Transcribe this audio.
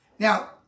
Now